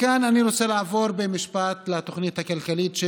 כאן אני רוצה לעבור, במשפט, לתוכנית הכלכלית.